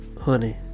Honey